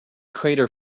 crater